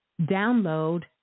download